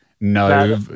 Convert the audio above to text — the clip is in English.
No